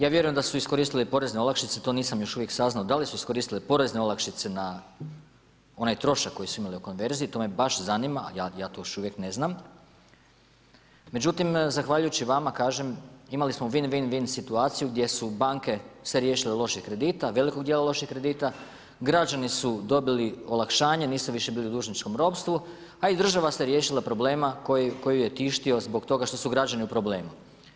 Ja vjerujem da su iskoristili porezne olakšice, to nisam još uvijek saznao da li su iskoristili porezne olakšice na onaj trošak koji su imali u konverziji, to me baš zanima, a ja to još uvijek ne znam, međutim, zahvaljujući vama, kažem, imali smo win-win-win situaciju gdje su banke se riješile lošeg kredita, velikog djela lošeg kredita, velikog djela lošeg kredita, građani su dobili olakšanje, nisu više bili u dužničkom ropstvu a i država se riješila problema koji ju je tištio zbog toga što su građani u problemima.